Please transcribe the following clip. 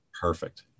Perfect